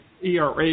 era